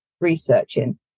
researching